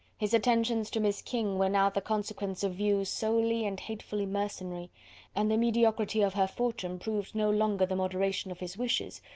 his attentions to miss king were now the consequence of views solely and hatefully mercenary and the mediocrity of her fortune proved no longer the moderation of his wishes,